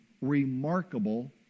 remarkable